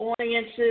audience's